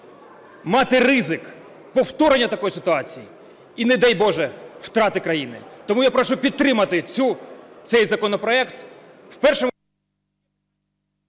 мати ризик повторення такої ситуації і, не дай Боже, втрати країни. Тому я прошу підтримати цей законопроект